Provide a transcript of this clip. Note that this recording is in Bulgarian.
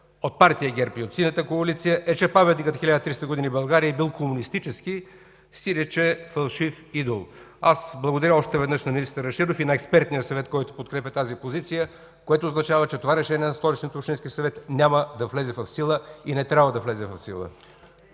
от Партия ГЕРБ и от Синята коалиция, е, че Паметникът „1300 години България” е бил комунистически, сиреч е фалшив идол. Аз благодаря още веднъж на министър Рашидов и на експертния съвет, който подкрепя тази позиция, което означава, че това решение на Столичния общински съвет няма и не трябва да влезе в сила.